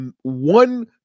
one